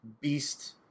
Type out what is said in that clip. Beast